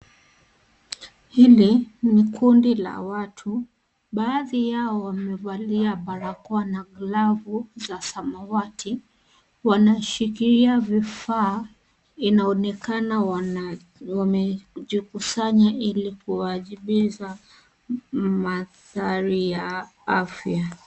Hili, ni kundi la watu baadhi yao wamavalia barakoa na glavu za samawati wanashikilia vifaa inaonekana wana, wamejikusanya ili kuwajibiza madhara ya afya.